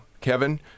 Kevin